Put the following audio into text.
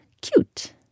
cute